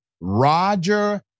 Roger